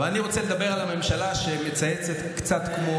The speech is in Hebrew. אני רוצה לדבר על הממשלה שמצייצת קצת כמו